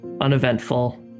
uneventful